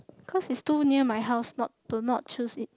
cause it's too near my house not to not choose it